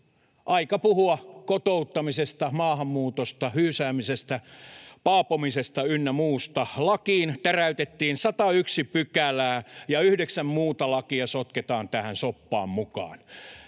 aika puhua kotouttamisesta, maahanmuutosta, hyysäämisestä, paapomisesta ynnä muusta. Lakiin täräytettiin 101 pykälää, ja yhdeksän muuta lakia sotketaan tähän soppaan mukaan.